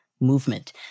movement